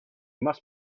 must